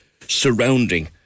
surrounding